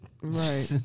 right